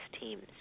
teams